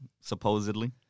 supposedly